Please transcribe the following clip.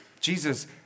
Jesus